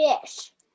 Fish